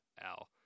Al